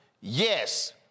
yes